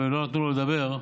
לא נתנו לו לדבר,